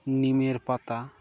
নিমের পাতা